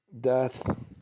Death